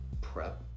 prep